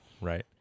right